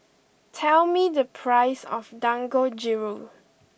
tell me the price of Dangojiru